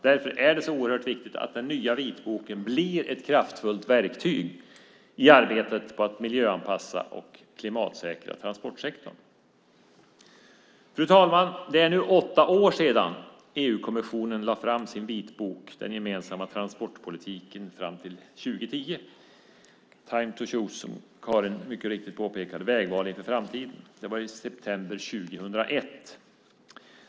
Därför är det så oerhört viktigt att den nya vitboken blir ett kraftfullt verktyg i arbetet med att miljöanpassa och klimatsäkra transportsektorn. Fru talman! Som Karin mycket riktigt påpekade är det nu åtta år sedan EU-kommissionen lade fram sin vitbok Time to decide eller Den gemensamma transportpolitiken fram till 2010. Vägval inför framtiden. Det var i september 2001.